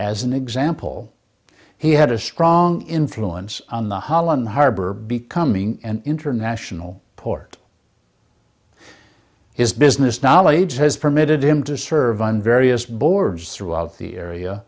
as an example he had a strong influence on the holland harbor becoming an international port his business knowledge has permitted him to serve on various boards throughout the area